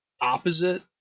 opposite